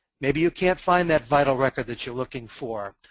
maybe you can't find that vital record that you're looking for.